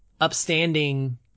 upstanding